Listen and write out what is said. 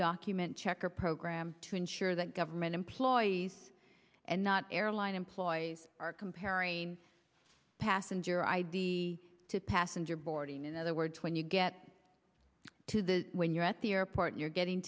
document checker program to ensure that government employees and not airline employees are comparing passenger i d to passenger boarding and other words when you get to the when you're at the airport you're getting